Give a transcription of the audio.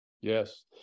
Yes